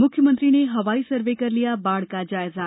मुख्यमंत्री ने हवाई सर्वे कर लिया बाढ़ का जायजा